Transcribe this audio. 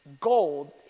gold